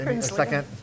Second